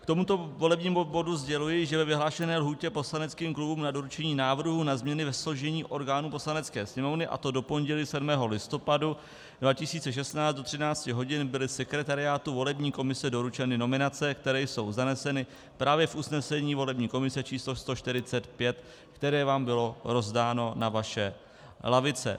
K tomuto volebnímu bodu sděluji, že ve vyhlášené lhůtě poslaneckým klubům na doručení návrhů na změny ve složení orgánů Poslanecké sněmovny, a to do pondělí 7. listopadu 2016 do 13 hodin, byly sekretariátu volební komise doručeny nominace, které jsou zaneseny právě v usnesení volební komise číslo 145, které vám bylo rozdáno na vaše lavice.